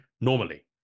normally